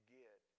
get